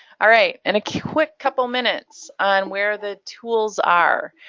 alright. and a quick couple minutes on where the tools are.